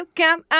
come